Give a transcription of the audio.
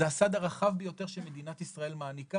זה הסעד הרחב ביותר שמדינת ישראל מעניקה